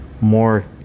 more